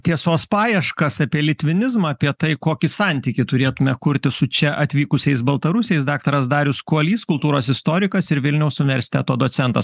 tiesos paieškas apie litvinizmą apie tai kokį santykį turėtume kurti su čia atvykusiais baltarusiais daktaras darius kuolys kultūros istorikas ir vilniaus universiteto docentas